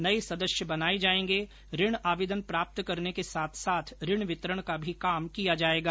नये सदस्य बनाए जाएंगे ऋण आवेदन प्राप्त करने के साथ साथ ऋण वितरण का भी कार्य किया जाएगा